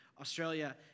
Australia